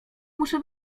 muszę